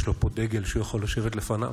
יש לו פה דגל שהוא יכול לשבת לפניו.